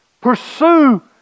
pursue